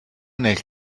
nel